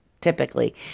Typically